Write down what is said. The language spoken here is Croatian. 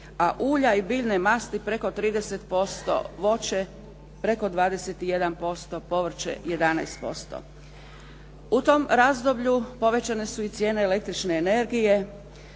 a ulja i biljne masti preko 30%, voće preko 21%, povrće 11%. U tom razdoblju povećane su i cijene električne energije